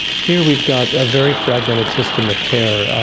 here we've got a very fragmented system of care.